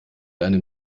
einem